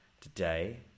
Today